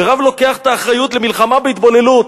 ורב לוקח את האחריות למלחמה בהתבוללות,